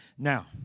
Now